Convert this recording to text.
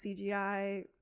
CGI